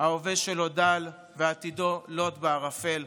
ההווה שלו דל ועתידו לוט בערפל",